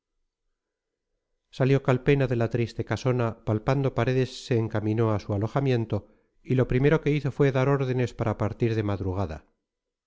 salió calpena de la triste casona palpando paredes se encaminó a su alojamiento y lo primero que hizo fue dar órdenes para partir de madrugada